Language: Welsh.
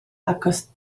achos